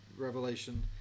revelation